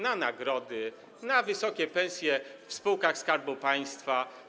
Na nagrody, na wysokie pensje w spółkach Skarbu Państwa.